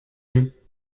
yeux